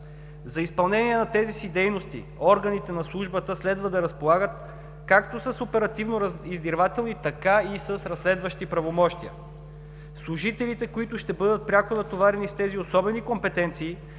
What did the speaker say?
За изпълнение на тези си дейности органите на службата следва да разполагат както с оперативно-издирвателни, така и с разследващи правомощия. Служителите, които ще бъдат пряко натоварени с тези особени компетенции,